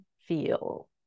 feel